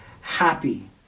happy